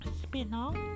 spin-off